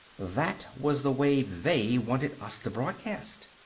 that was the wave they wanted us to broadcast.